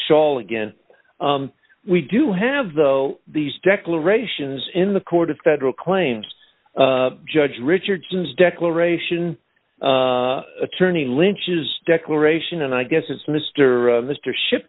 saul again we do have though these declarations in the court of federal claims judge richardson's declaration attorney lynch's declaration and i guess it's mr mr ship